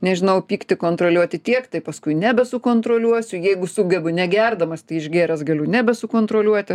nežinau pyktį kontroliuoti tiek tai paskui nebesukontroliuosi jeigu sugebu negerdamas tai išgėręs galiu nebesukontroliuoti